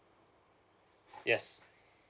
yes